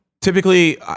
typically